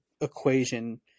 equation